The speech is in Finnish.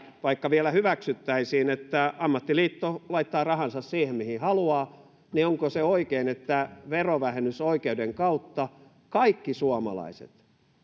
vaikka vielä hyväksyttäisiin että ammattiliitto laittaa rahansa siihen mihin haluaa niin onko se oikein että verovähennysoikeuden kautta kaikki suomalaiset